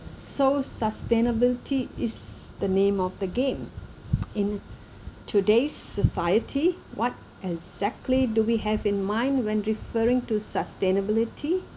so sustainability is the name of the game in today's society what exactly do we have in mind when referring to sustainability